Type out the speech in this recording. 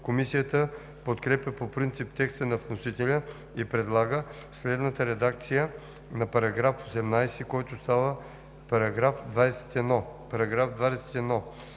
Комисията подкрепя по принцип текста на вносителя и предлага следната редакция на § 24, който става § 29: „§ 29.